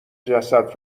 جسد